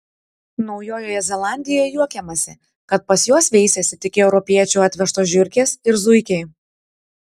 naujojoje zelandijoje juokiamasi kad pas juos veisiasi tik europiečių atvežtos žiurkės ir zuikiai